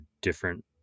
different